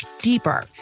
deeper